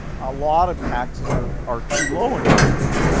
a lot of taxes are are too low in my view,